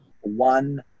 one